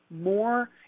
more